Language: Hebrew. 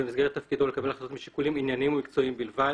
במסגרת תפקידו ולקבל החלטות משיקולים עניינים ומקצועיים בלבד.